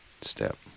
step